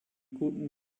guten